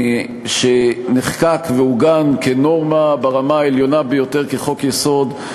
שנחקק ועוגן כנורמה ברמה העליונה ביותר כחוק-יסוד.